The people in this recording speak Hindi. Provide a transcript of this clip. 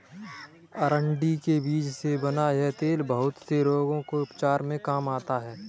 अरंडी के बीज से बना यह तेल बहुत से रोग के उपचार में काम आता है